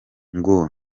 ngo